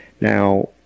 Now